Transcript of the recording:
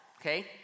Okay